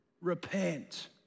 Repent